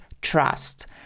trust